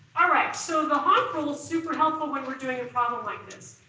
alright, so the honc rule is super helpful when we're doing a problem like this.